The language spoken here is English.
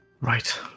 right